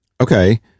Okay